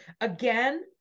again